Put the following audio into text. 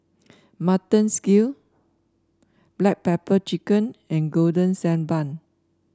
mutton skill Black Pepper Chicken and Golden Sand Bun